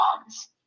Moms